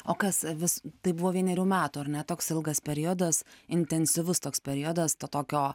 o kas vis tai buvo vienerių metų ar ne toks ilgas periodas intensyvus toks periodas to tokio